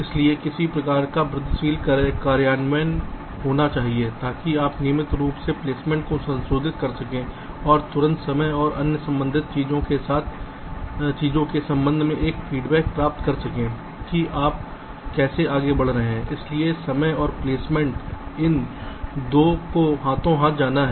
इसलिए किसी प्रकार का वृद्धिशील कार्यान्वयन होना चाहिए ताकि आप नियमित रूप से प्लेसमेंट को संशोधित कर सकें और तुरंत समय और अन्य संबंधित चीजों के संबंध में एक फीडबैक प्राप्त कर सकें कि आप कैसे आगे बढ़ रहे हैं इसलिए समय और इस प्लेसमेंट इन 2 को हाथो हाथ जाना है